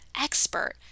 expert